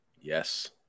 Yes